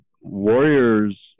warriors